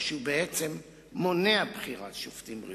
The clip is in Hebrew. או שהוא בעצם מונע בחירת שופטים ראויים.